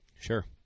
Sure